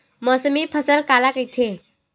मौसमी फसल काला कइथे?